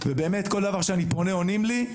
ובאמת כל דבר שאני פונה עונים לי,